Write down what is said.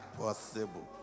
possible